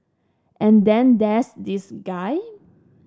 and then there's this guy